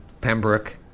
Pembroke